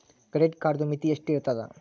Credit ಕಾರ್ಡದು ಮಿತಿ ಎಷ್ಟ ಇರ್ತದ?